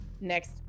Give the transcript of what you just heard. next